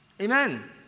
Amen